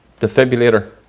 defibrillator